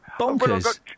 bonkers